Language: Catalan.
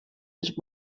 els